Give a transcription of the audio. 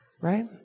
right